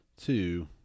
two